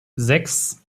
sechs